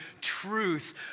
truth